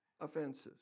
offenses